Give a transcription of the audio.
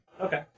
Okay